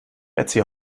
betsy